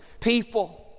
people